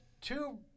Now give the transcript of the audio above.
two